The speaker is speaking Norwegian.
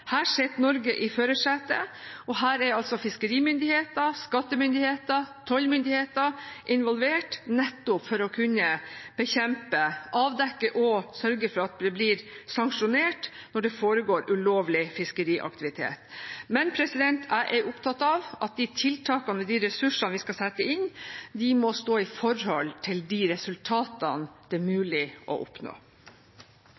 Her sitter Norge i førersetet, og her er fiskerimyndigheter, skattemyndigheter og tollmyndigheter involvert nettopp for å kunne bekjempe, avdekke og sørge for at det blir sanksjonert når det foregår ulovlig fiskeriaktivitet. Men jeg er opptatt av at de tiltakene og de ressursene vi skal sette inn, må stå i forhold til de resultatene det er mulig å oppnå.